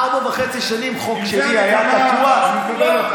ארבע שנים וחצי חוק שלי היה תקוע בטרומית.